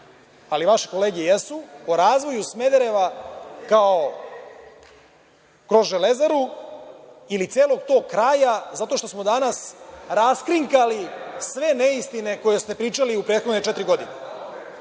ali vaše kolege jesu. Dakle, o razvoju Smedereva kroz Železaru ili celog tog kraja, zato što smo danas rasklinkali sve neistine koje ste pričali u prethodne četiri godine.